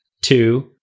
two